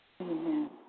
Amen